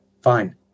Fine